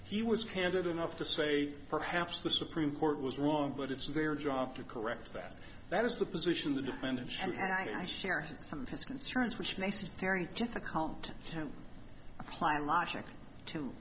he was candid enough to say perhaps the supreme court was wrong but it's their job to correct that that is the position the defendant should have i share some of his concerns which makes it very difficult to apply logic